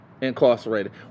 incarcerated